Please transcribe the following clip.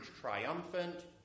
triumphant